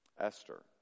Esther